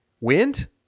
wind